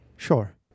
Sure